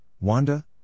Wanda